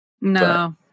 No